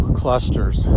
clusters